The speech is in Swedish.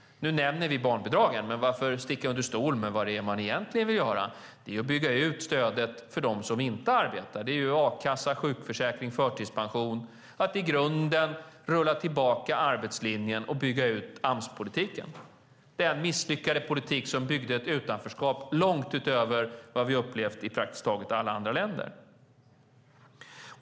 Nu nämner vi barnbidragen, men varför sticka under stol med vad det är man egentligen vill göra? Det är att bygga ut stödet för dem som inte arbetar, i a-kassa, sjukförsäkring, förtidspension. Det är att i grunden rulla tillbaka arbetslinjen och bygga ut AMS-politiken - den misslyckade politik som byggde ett utanförskap långt utöver vad man upplevt i praktiskt taget alla andra länder.